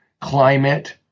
climate